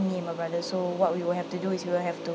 me and my brother so what we will have to do is we will have to